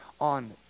on